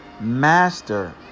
master